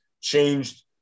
changed